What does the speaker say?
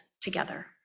together